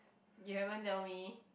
you haven't tell me